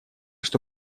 что